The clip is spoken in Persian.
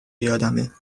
یادمه